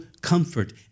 comfort